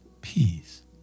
Peace